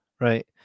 right